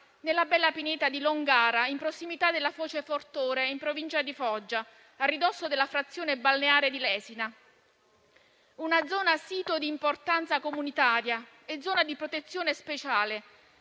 nella bella pineta di Longara in prossimità della Foce Fortore, in Provincia di Foggia, a ridosso della frazione balneare di Lesina. Si tratta di una zona, sito di importanza comunitaria e Zona di protezione speciale,